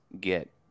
get